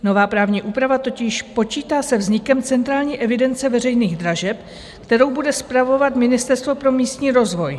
Nová právní úprava totiž počítá se vznikem Centrální evidence veřejných dražeb, kterou bude spravovat Ministerstvo pro místní rozvoj.